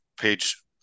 page